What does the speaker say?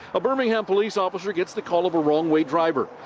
a birmingham police officer gets the call of a wrong-way driver.